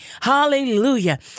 Hallelujah